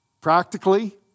practically